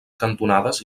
cantonades